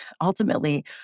ultimately